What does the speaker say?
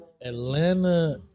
Atlanta